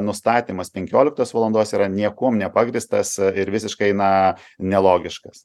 nustatymas penkioliktos valandos yra niekuom nepagrįstas ir visiškai na nelogiškas